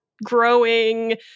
growing